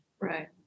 Right